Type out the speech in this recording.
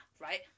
Right